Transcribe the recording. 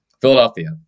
Philadelphia